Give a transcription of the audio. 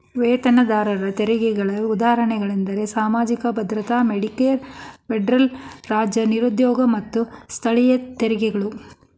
ವೇತನದಾರರ ತೆರಿಗೆಗಳ ಉದಾಹರಣೆಗಳಂದ್ರ ಸಾಮಾಜಿಕ ಭದ್ರತಾ ಮೆಡಿಕೇರ್ ಫೆಡರಲ್ ರಾಜ್ಯ ನಿರುದ್ಯೋಗ ಮತ್ತ ಸ್ಥಳೇಯ ತೆರಿಗೆಗಳು